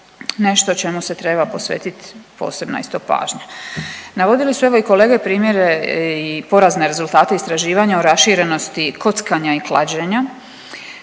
nešto čemu se treba posvetit posebno isto pažnja. Navodili su evo i kolege primjere i porazne rezultate istraživanja o raširenosti kockanja i klađenja.